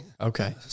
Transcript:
Okay